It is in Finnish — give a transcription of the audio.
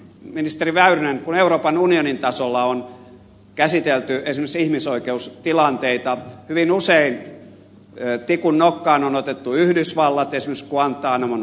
ministeri väyrynen kun euroopan unionin tasolla on käsitelty esimerkiksi ihmisoikeustilanteita hyvin usein tikun nokkaan on otettu yhdysvallat esimerkiksi guantanamon vankileiri